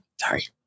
Sorry